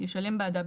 ישלם בעדה,